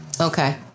Okay